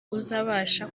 uzabasha